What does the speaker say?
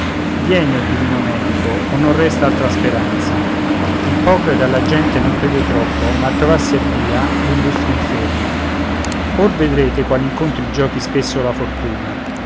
vieni o divino medico o non resta altra speranza ippocrate alla gente non crede troppo ma a trovar si avvia l'illustre infermo ora vedrete quali incontri giochi spesso la fortuna